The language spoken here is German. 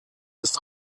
ist